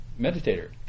meditator